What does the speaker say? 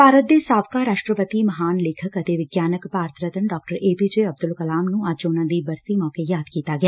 ਭਾਰਤ ਦੇ ਸਾਬਕਾ ਰਾਸ਼ਟਰਪਤੀ ਮਹਾਨ ਲੇਖਕ ਅਤੇ ਵਿਗਿਆਨਕ Bharat Ratna Dr A P J Abdul Kalam ਨ੍ਰੰ ਅੱਜ ਉਨ੍ਹਾ ਦੀ ਬਰਸੀ ਮੌਕੇ ਯਾਦ ਕੀਤਾ ਗਿਆ